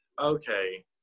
okay